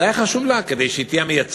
זה היה חשוב לה כדי שהיא תהיה המייצגת,